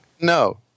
No